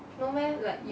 no meh